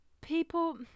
People